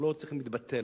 אנחנו לא צריכים להתבטל,